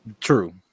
true